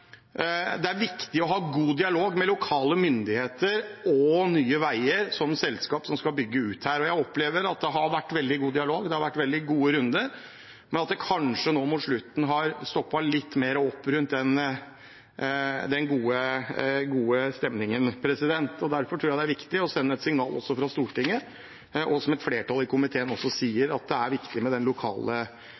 Det er viktig å ha god dialog med lokale myndigheter og Nye Veier som selskap, som skal bygge ut her, og jeg opplever at det har vært veldig god dialog, det har vært veldig gode runder, men at det kanskje nå mot slutten har stoppet litt mer opp rundt den gode stemningen. Derfor tror jeg det er viktig å sende et signal også fra Stortinget, som et flertall i komiteen også sier, om at det er viktig med lokal involvering, og at lokale